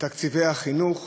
בתקציבי החינוך